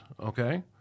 okay